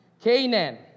Canaan